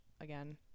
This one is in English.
again